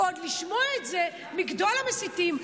ועוד לשמוע את זה מגדול המסיתים,